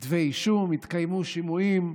כתבי אישום, התקיימו שימועים,